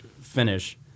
finish